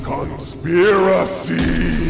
Conspiracy